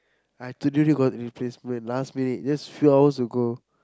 I totally got replacement last minute just few hours ago